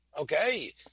Okay